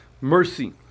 mercy